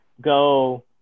go